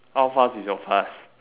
how fast is your fast